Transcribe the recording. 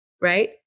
Right